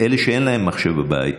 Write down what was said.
אלה שאין להם מחשבים בבית,